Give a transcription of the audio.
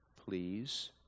please